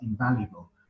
invaluable